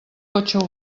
cotxe